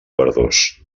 verdós